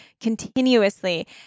continuously